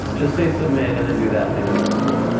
just say submit and then do that thing that you just did.